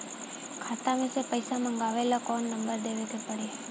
खाता मे से पईसा मँगवावे ला कौन नंबर देवे के पड़ी?